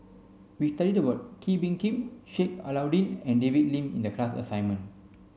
we studied about Kee Bee Khim Sheik Alau'ddin and David Lim in the class assignment